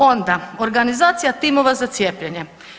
Onda organizacija timova za cijepljenje.